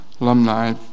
alumni